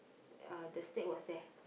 uh the snake was there